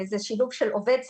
זה שילוב של עובד סיעודי,